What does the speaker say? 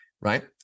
right